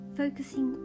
focusing